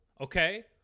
Okay